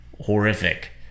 horrific